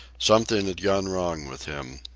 something had gone wrong with him.